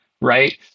right